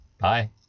Bye